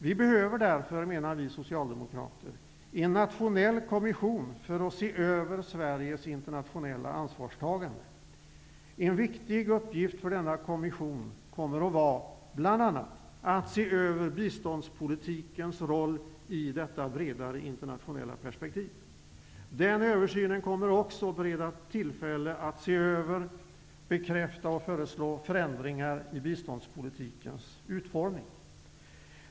Vi behöver därför, menar vi socialdemokrater, en nationell kommission för att se över Sveriges internationella ansvarstagande. En viktig uppgift för denna kommission kommer bl.a. att vara att se över biståndspolitikens roll i detta bredare internationella perspektiv. Den översynen kommer också att bereda tillfälle att se över, bekräfta och föreslå förändringar i biståndspolitikens utformning.